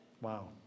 Wow